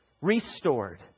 restored